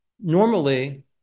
normally